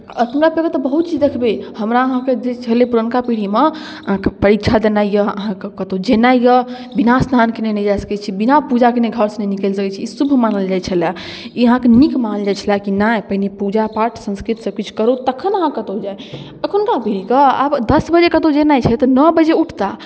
एखुनका पीढ़ीमे तऽ बहुत चीज देखबै हमरा अहाँके जे छलय पुरनका पीढ़ीमे अहाँकेँ परीक्षा देनाइ यए अहाँकेँ कतहु जेनाइ यए बिना स्नान कयने नहि जा सकैत छी बिना पूजा कयने घरसँ नहि निकलि सकैत छी ई शुभ मानल जाइत छलय ई अहाँकेँ नीक मानल जाइत छलय कि नहि पहिने पूजा पाठ संस्कृत सभकिछु करू तखन अहाँ कतहु जाउ एखुनका पीढ़ीकेँ आब दस बजे कतहु जेनाइ छै तऽ नओ बजे उठताह